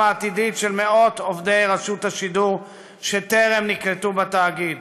העתידית של מאות עובדי רשות השידור שטרם נקלטו בתאגיד.